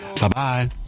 Bye-bye